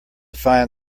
find